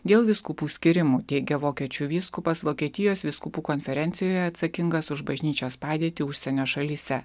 dėl vyskupų skyrimo teigia vokiečių vyskupas vokietijos vyskupų konferencijoje atsakingas už bažnyčios padėtį užsienio šalyse